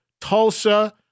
Tulsa